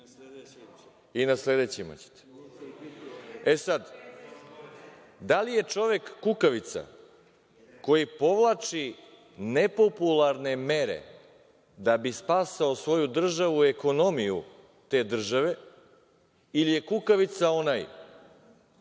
i na sledećima ćete. Da li je čovek kukavica koji povlači nepopularne mere da bi spasio svoju državu, ekonomiju te države, ili je kukavica onaj